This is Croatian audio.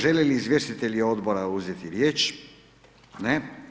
Žele li izvjestitelji odbora uzeti riječ, ne.